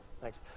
Thanks